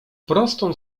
prostą